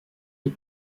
des